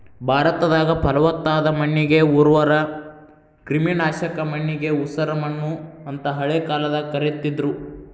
ಭಾರತದಾಗ, ಪಲವತ್ತಾದ ಮಣ್ಣಿಗೆ ಉರ್ವರ, ಕ್ರಿಮಿನಾಶಕ ಮಣ್ಣಿಗೆ ಉಸರಮಣ್ಣು ಅಂತ ಹಳೆ ಕಾಲದಾಗ ಕರೇತಿದ್ರು